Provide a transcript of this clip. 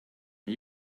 are